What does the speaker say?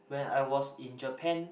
when I was in Japan